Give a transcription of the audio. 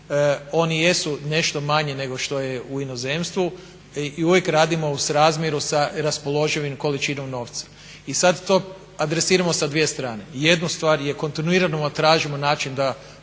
Oni jesu nešto manji nego što je u inozemstvu i uvijek radimo u srazmjeru sa raspoloživom količinom novca i sad to adresiramo sa dvije strane. Jednu stvar je kontinuirano tražimo način da